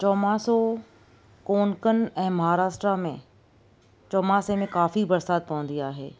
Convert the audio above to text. चोमासो कोंकण ऐं महाराष्ट्र में चोमासे में काफ़ी बरसाति पवंदी आहे